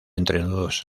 entrenudos